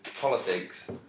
politics